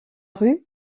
rue